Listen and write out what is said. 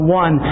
one